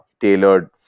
tailored